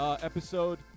Episode